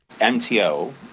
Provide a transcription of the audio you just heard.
MTO